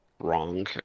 Wrong